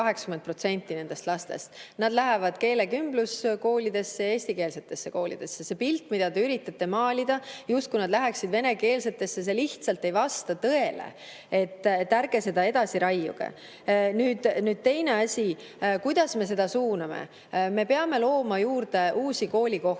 nendest lastest. Nad lähevad keelekümbluskoolidesse ja eestikeelsetesse koolidesse. See pilt, mida te üritate maalida, justkui nad läheksid venekeelsetesse koolidesse, lihtsalt ei vasta tõele. Ärge seda edasi raiuge. Teine asi, kuidas me seda suuname. Me peame looma juurde uusi koolikohti.